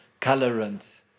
colorants